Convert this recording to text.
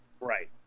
Right